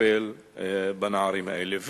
לטפל בנערים האלה.